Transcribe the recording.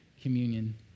communion